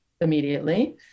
immediately